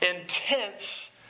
intense